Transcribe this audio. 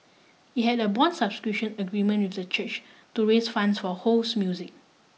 it had a bond subscription agreement with the church to raise funds for Ho's music